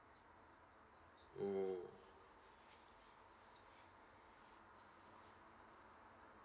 mm